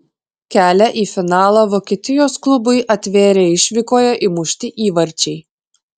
kelią į finalą vokietijos klubui atvėrė išvykoje įmušti įvarčiai